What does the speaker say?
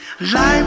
Life